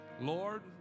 Lord